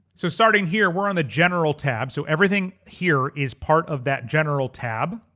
so starting here, we're on the general tab. so everything here is part of that general tab.